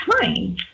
time